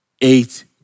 Eight